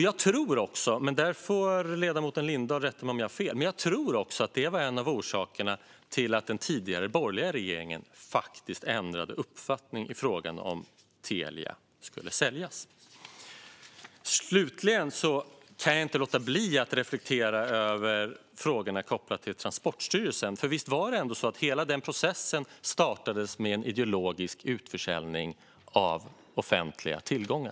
Jag tror också - men där får ledamoten Lindahl rätta mig om jag har fel - att det var en av orsakerna till att den tidigare borgerliga regeringen ändrade uppfattning i frågan om Telia skulle säljas. Slutligen kan jag inte låta bli att reflektera över frågorna kopplade till Transportstyrelsen. Visst var det ändå så att hela den processen startades med en ideologisk utförsäljning av offentliga tillgångar.